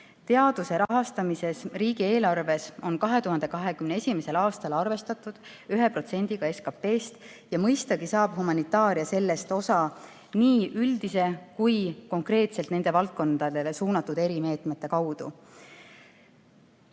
Teaduse rahastamisel riigieelarvest on 2021. aastal arvestatud 1%‑ga SKT-st ja mõistagi saab humanitaaria ka sellest osa nii üldises korras kui ka konkreetselt nendele valdkondadele suunatud erimeetmete kaudu.